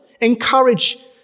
Encourage